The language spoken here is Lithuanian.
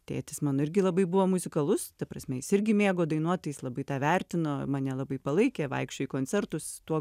tėtis mano irgi labai buvo muzikalus ta prasme jis irgi mėgo dainuot tai jis labai tą vertino mane labai palaikė vaikščiojo į koncertus tuo